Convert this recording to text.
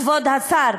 כבוד השר,